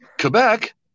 Quebec